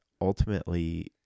ultimately